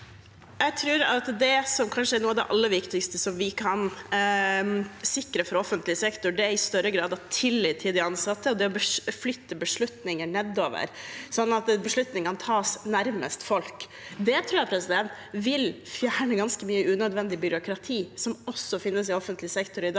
er noe av det aller viktigste vi kan sikre fra offentlig sektor, er større grad av tillit til de ansatte, og det å flytte beslutninger nedover, sånn at beslutningene tas nærmest folk. Det tror jeg vil fjerne ganske mye unødvendig byråkrati, som også finnes i offentlig sektor i dag.